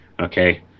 Okay